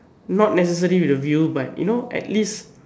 not necessary with a view but you know at least